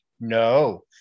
No